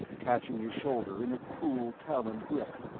catching his shoulder in a cruel taloned grip.